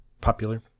popular